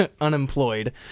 unemployed